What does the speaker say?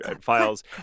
files